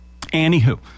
Anywho